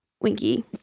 winky